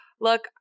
look